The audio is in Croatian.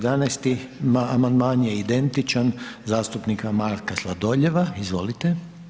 11. amandman je identičan zastupnika Marka Sladoljeva, izvolite.